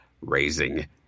raising